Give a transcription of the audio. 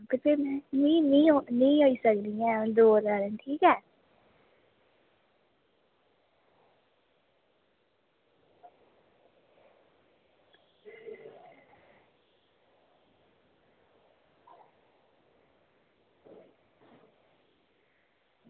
ते हून नेईं नेईं आई सकदी ऐ दौ त्रैऽ दिन ठीक ऐ